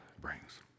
brings